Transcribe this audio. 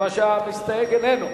מכיוון שהמסתייג איננו.